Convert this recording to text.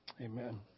amen